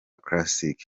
classic